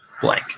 blank